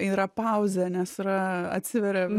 yra pauzė nes yra atsiveria